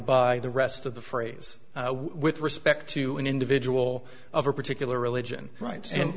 by the rest of the phrase with respect to an individual of a particular religion right and